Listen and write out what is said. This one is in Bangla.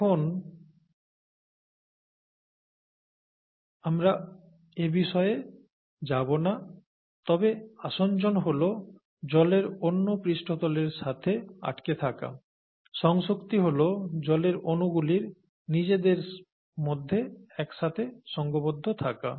এখন জন্য আমরা এবিষয়ে যাব না তবে আসঞ্জন হল জলের অন্য পৃষ্ঠতলের সাথে আটকে থাকা সংসক্তি হল জলের অনুগুলির নিজেদের মধ্যে একসাথে সঙ্ঘবদ্ধ থাকা